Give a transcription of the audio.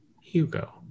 Hugo